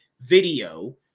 video